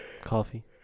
Coffee